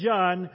John